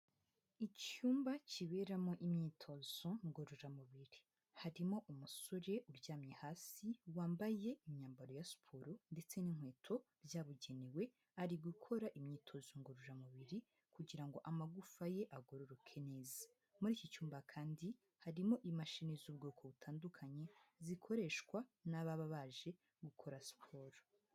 Icyumba kiberamo imyitozo ngororamubiri. Harimo umusore uryamye hasi, wambaye imyambaro ya siporo ndetse n'inkweto byabugenewe, ari gukora imyitozo ngororamubiri kugira ngo amagufa ye agororoke neza. Muri iki cyumba kandi, harimo imashini z'ubwoko butandukanye zikoreshwa n'ababa baje gukora siporo.